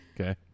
Okay